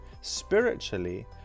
Spiritually